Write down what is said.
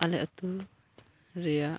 ᱟᱞᱮ ᱟᱹᱛᱩ ᱨᱮᱭᱟᱜ